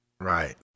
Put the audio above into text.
Right